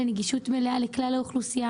לנגישות מלאה לכלל האוכלוסייה.